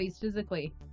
physically